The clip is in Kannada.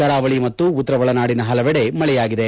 ಕರಾವಳಿ ಮತ್ತು ಉತ್ತರ ಒಳನಾಡಿನ ಹಲವೆಡೆ ಮಳೆಯಾಗಿದೆ